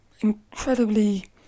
incredibly